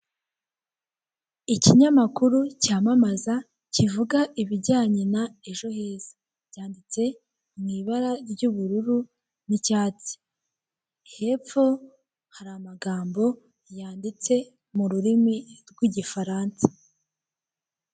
Ikinyamakuru cyamamaza kivuga ibijyanye n'ejo heza byanditse mu ibara ry'ubururu n'icyatsi, hepfo hari amagambo yanditse mu rurimi rw'igifaransa.